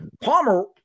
Palmer